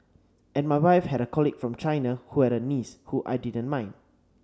and my wife had a colleague from China who had a niece who I didn't mind